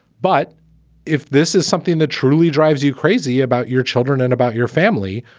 but if this is something that truly drives you crazy about your children and about your family.